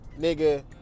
nigga